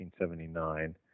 1979